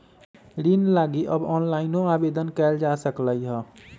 ऋण लागी अब ऑनलाइनो आवेदन कएल जा सकलई ह